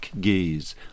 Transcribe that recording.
gaze